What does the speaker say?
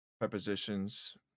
prepositions